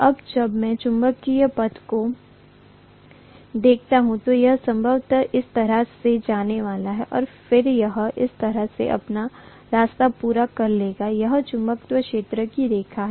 अब जब मैं चुंबकीय पथ को देखता हूं तो यह संभवत इस तरह से जाने वाला है और फिर यह इस तरह से अपना रास्ता पूरा कर लेगा यह चुंबकीय क्षेत्र की रेखा है